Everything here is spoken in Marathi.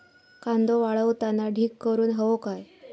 कांदो वाळवताना ढीग करून हवो काय?